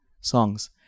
songs